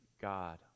God